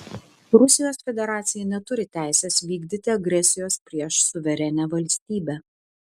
rusijos federacija neturi teisės vykdyti agresijos prieš suverenią valstybę